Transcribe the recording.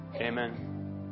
amen